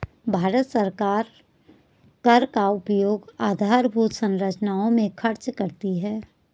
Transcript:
भारत सरकार कर का उपयोग आधारभूत संरचना में खर्च करती है